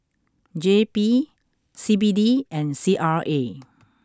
J P C B D and C R A